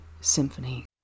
Symphony